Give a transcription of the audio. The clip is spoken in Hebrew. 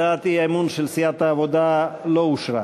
הצעת האי-אמון של סיעת העבודה לא אושרה.